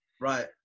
Right